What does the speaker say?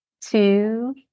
two